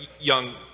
young